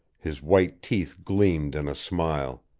his white teeth gleamed in a smile.